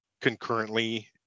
concurrently